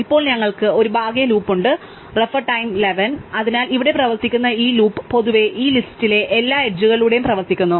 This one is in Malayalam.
ഇപ്പോൾ ഞങ്ങൾക്ക് ഒരു ബാഹ്യ ലൂപ്പ് ഉണ്ട് Refer Time 1100 അതിനാൽ ഇവിടെ പ്രവർത്തിക്കുന്ന ഈ ലൂപ്പ് പൊതുവേ ഈ ലിസ്റ്റിലെ എല്ലാ എഡ്ജുകളിലൂടെയും പ്രവർത്തിക്കുന്നു